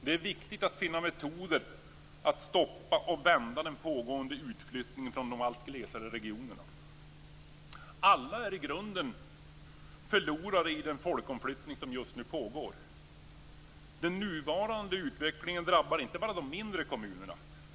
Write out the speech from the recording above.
Det är viktigt att finna metoder för att stoppa och vända den pågående utflyttningen från de allt glesare regionerna. Alla är i grunden förlorare i den folkomflyttning som just nu pågår. Den nuvarande utvecklingen drabbar inte bara de mindre kommunerna.